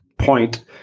point